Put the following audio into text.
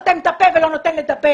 יושב-ראש ועדה סותם את הפה ולא נותן לדבר.